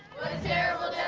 terrible